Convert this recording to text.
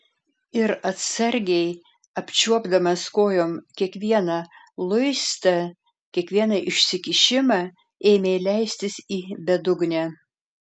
ir atsargiai apčiuopdamas kojom kiekvieną luistą kiekvieną išsikišimą ėmė leistis į bedugnę